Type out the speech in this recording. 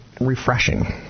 refreshing